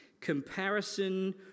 comparison